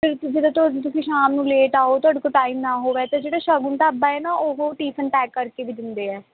ਜਿੱਦਾਂ ਤੁਹਾ ਤੁਸੀਂ ਸ਼ਾਮ ਨੂੰ ਲੇਟ ਆਓ ਤੁਹਾਡੇ ਕੋਲ ਟਾਈਮ ਨਾ ਹੋਵੇ ਅਤੇ ਜਿਹੜਾ ਸ਼ਗੁਨ ਢਾਬਾ ਹੈ ਨਾ ਉਹ ਟੀਫਿਨ ਪੈਕ ਕਰਕੇ ਵੀ ਦਿੰਦੇ ਆ